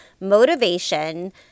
motivation